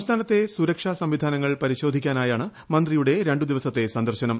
സംസ്ഥാനത്തെ സുരക്ഷാ സംവിധാനങ്ങൾ പരിശോധിക്കാനായാണ് മന്ത്രിയുടെ രണ്ട് ദിവസത്തെ സന്ദർശനം